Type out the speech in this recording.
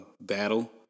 battle